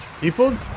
people